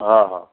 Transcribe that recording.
हा हा